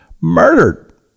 murdered